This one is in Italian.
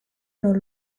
non